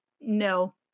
no